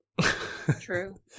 true